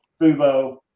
Fubo